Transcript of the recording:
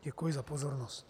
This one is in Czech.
Děkuji za pozornost.